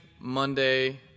Monday